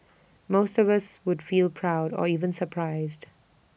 most of us would feel proud or even surprised